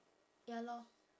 ya lor